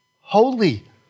holy